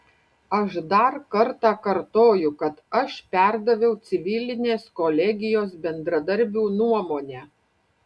aš dar kartą kartoju kad aš perdaviau civilinės kolegijos bendradarbių nuomonę